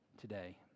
today